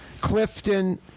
Clifton